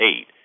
eight